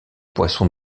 poissons